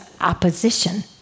opposition